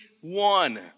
one